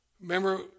Remember